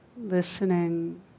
Listening